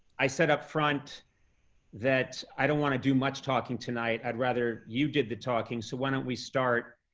i said up front that i don't wanna do much talking tonight. i'd rather you did the talking so why don't we start,